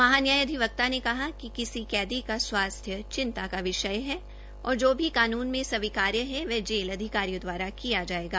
महा न्याय अधिवक्ता ने कहा कि किसी कैदी का स्वास्थ्रू चिंता का विषय है और जो भी कानून में स्वीकार्य है वह जेल अधिकारियों द्वारा किया जायेगा